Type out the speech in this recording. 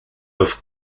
peuvent